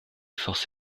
forces